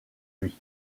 lui